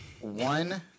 One